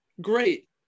Great